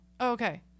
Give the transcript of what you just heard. okay